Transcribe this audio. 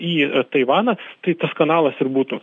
į taivaną tai tas kanalas ir būtų